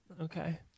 Okay